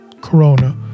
Corona